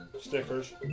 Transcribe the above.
Stickers